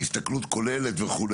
הסתכלות כוללת וכו',